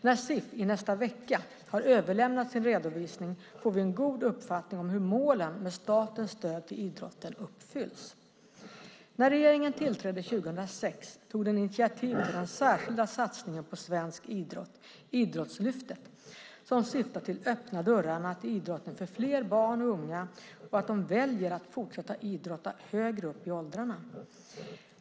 När CIF i nästa vecka har överlämnat sin redovisning får vi en god uppfattning om hur målen med statens stöd till idrotten uppfylls. När regeringen tillträdde 2006 tog den initiativ till den särskilda satsningen på svensk idrott, Idrottslyftet, som syftar till att öppna dörrarna till idrotten för fler barn och ungdomar och att de väljer att fortsätta att idrotta högre upp i åldrarna.